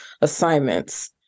assignments